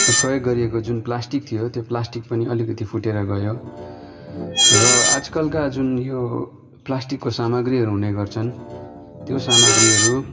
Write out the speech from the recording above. प्रयोग गरिएको प्लास्टिक थियो त्यो प्लास्टिक पनि अलिकति फुटेर गयो र आजकलका जुन यो प्लास्टिको सामाग्रीहरू हुने गर्छन् त्यो सामाग्रीहरू